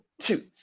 Two